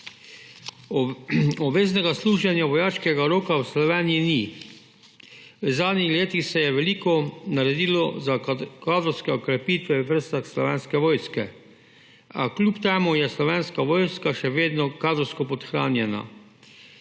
Obveznega služenja vojaškega roka v Sloveniji ni. V zadnjih letih se je veliko naredilo za kadrovske okrepitve v vrstah Slovenske vojske, a kljub temu je Slovenska vojska še vedno kadrovsko podhranjena.